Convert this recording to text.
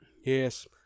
Yes